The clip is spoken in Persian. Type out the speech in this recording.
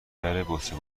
دربطری